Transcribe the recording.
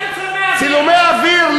איזה צילומי אוויר?